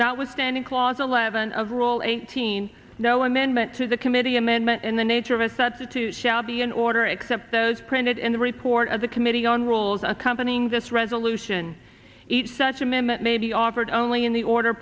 notwithstanding clause eleven of roll eighteen no amendment to the committee amendment in the nature of a substitute shall be an order except those printed in the report of the committee on rules accompanying this resolution each such a minute may be offered only in the order